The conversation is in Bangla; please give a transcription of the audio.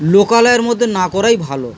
লোকালয়ের মধ্যে না করাই ভালো